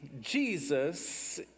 Jesus